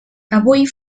avui